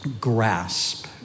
grasp